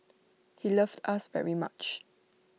he loved us very much